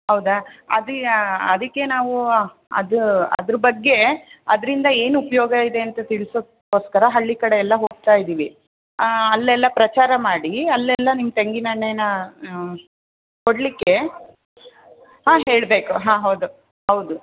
ಹೌದಾ ಅದು ಯಾ ಅದಕ್ಕೆ ನಾವು ಅದು ಅದ್ರ ಬಗ್ಗೆ ಅದರಿಂದ ಏನು ಉಪಯೋಗ ಇದೆ ಅಂತ ತಿಳ್ಸೋಕ್ಕೋಸ್ಕರ ಹಳ್ಳಿ ಕಡೆ ಎಲ್ಲ ಹೋಗ್ತಾ ಇದ್ದೀವಿ ಅಲ್ಲೆಲ್ಲ ಪ್ರಚಾರ ಮಾಡಿ ಅಲ್ಲೆಲ್ಲ ನಿಮ್ಮ ತೆಂಗಿನ ಎಣ್ಣೆನ ಕೊಡಲಿಕ್ಕೆ ಹಾಂ ಹೇಳಬೇಕು ಹಾಂ ಹೌದು ಹೌದು